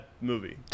movie